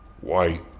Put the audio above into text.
white